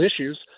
issues